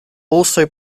also